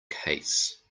case